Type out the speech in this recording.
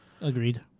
Agreed